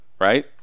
right